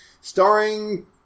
starring